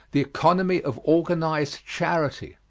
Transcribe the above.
the economy of organized charity.